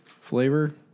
flavor